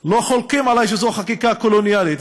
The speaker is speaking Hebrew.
חולקים עלי שזו חקיקה קולוניאלית,